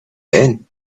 ben